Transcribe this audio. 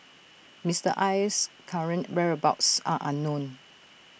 Mister Aye's current whereabouts are unknown